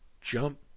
jump